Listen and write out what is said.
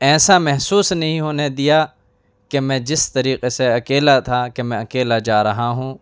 ایسا محسوس نہیں ہونے دیا کہ میں جس طریقے سے اکیلا تھا کہ میں اکیلا جا رہا ہوں